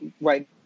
right